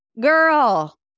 Girl